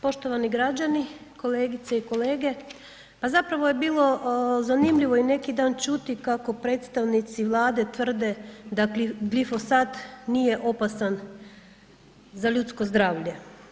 poštovani građani, kolegice i kolege pa zapravo je bilo zanimljivo i neki dan čuti kako predstavnici Vlade tvrde da glifosat nije opasan za ljudsko zdravlje.